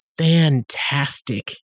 fantastic